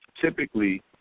typically